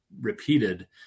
repeated